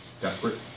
Desperate